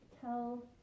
tell